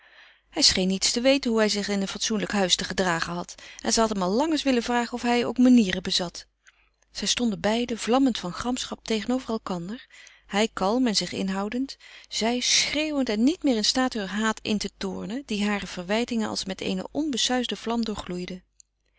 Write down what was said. hij scheen niet te weten hoe hij zich in een fatsoenlijk huis te gedragen had en zij had hem al lang eens willen vragen of hij ook manieren bezat zij stonden beiden vlammend van gramschap tegenover elkander hij kalm en zich inhoudend zij schreeuwend en niet meer in staat heur haat in te toornen die hare verwijtingen als met eene onbesuisde vlam